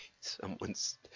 Someone's